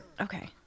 Okay